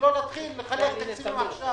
ולא לחלק עכשיו